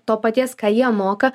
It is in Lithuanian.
to paties ką jie moka